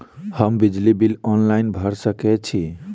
हम बिजली bill online भैर सकै छी?